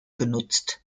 genutzt